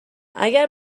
اگه